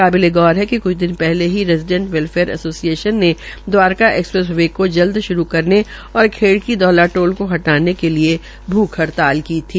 काबिले गौर है कि कुछ दिन पहले ही रेज़ीडेट वैल्फेयरस एसोसिएश्न के दवारका एक्सप्रेस वे को जल्द शुरू करने और खेड़की दौला टोल को हटाने के लिये भूख हड़ताल की थी